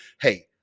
hey